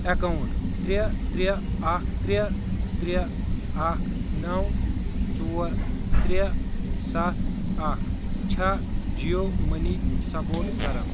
account ترٛےٚ ترٛےٚ اکھ ترٛےٚ ترٛےٚ اکھ نَو ژور ترٛےٚ سَتھ اکھ چھا جِیو موٚنی سپورٹ کران